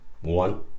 One